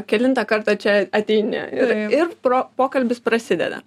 kelintą kartą čia ateini ir pro pokalbis prasideda